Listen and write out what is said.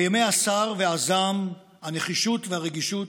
בימי הסער והזעם, הנחישות והרגישות,